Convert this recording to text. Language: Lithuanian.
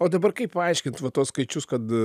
o dabar kaip paaiškint va tuos skaičius kad